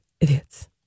idiots